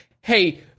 hey